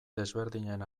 desberdinen